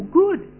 good